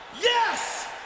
Yes